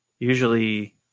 Usually